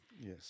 Yes